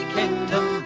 kingdom